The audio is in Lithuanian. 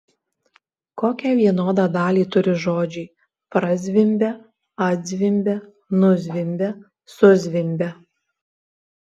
kokią vienodą dalį turi žodžiai prazvimbia atzvimbia nuzvimbia suzvimbia